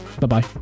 Bye-bye